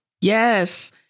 yes